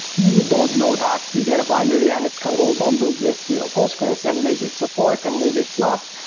you don't know that. you get a binary and it's kind of all bundled with you know postgres and maybe it's a fork and maybe it's not.